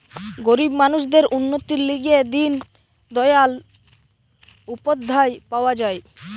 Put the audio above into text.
গরিব মানুষদের উন্নতির লিগে দিন দয়াল উপাধ্যায় পাওয়া যায়